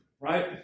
Right